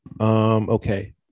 okay